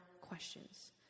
questions